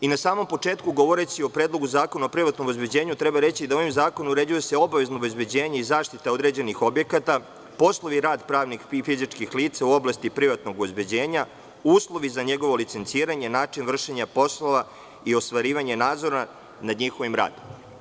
Na samom početku, govoreći o Predlogu zakona o privatnom obezbeđenju, treba reći da se ovim zakonom uređuje obavezno obezbeđenje i zaštita određenih objekata, poslovi i rad pravnih i fizičkih lica u oblasti privatnog obezbeđenja, uslovi za njegovo licenciranje, način vršenja poslova i ostvarivanje nadzora nad njihovim radom.